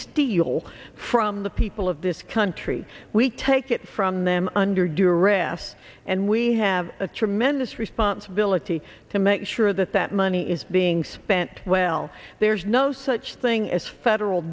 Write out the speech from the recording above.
steal from the people of this country we take it from them under duress and we have a tremendous responsibility to make sure that that money is being spent well there's no such thing as federal